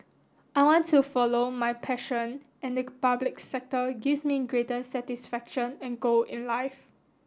I want to follow my passion and the public sector gives me greater satisfaction and goal in life